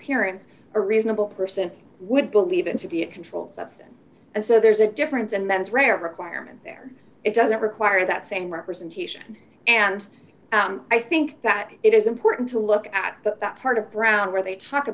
a reasonable person would believe in to be a controlled substance and so there's a difference and that is rare requirement there it doesn't require that same representation and i think that it is important to look at that part of brown where they talk